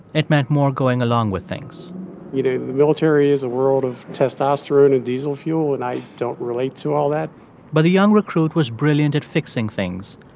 it meant more going along with things you know, the military is a world of testosterone and diesel fuel. and i don't relate to all that but the young recruit was brilliant at fixing things.